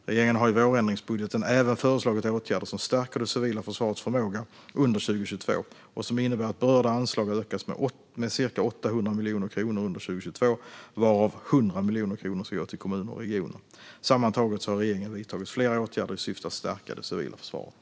Regeringen har i vårändringsbudgeten även föreslagit åtgärder som stärker det civila försvarets förmåga under 2022 och som innebär att berörda anslag ökas med cirka 800 miljoner kronor under 2022, varav 100 miljoner kronor ska gå till kommunerna och regionerna. Sammantaget har regeringen vidtagit flera åtgärder i syfte att stärka det civila försvaret.